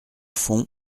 fond